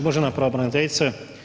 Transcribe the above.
Uvažena pravobraniteljice.